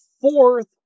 fourth